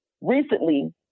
Recently